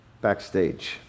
backstage